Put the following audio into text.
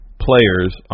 players